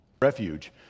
refuge